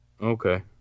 Okay